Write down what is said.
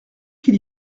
qu’il